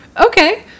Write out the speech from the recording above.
Okay